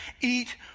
eat